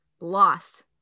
loss